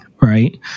right